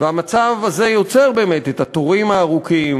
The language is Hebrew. והמצב הזה יוצר באמת את התורים הארוכים,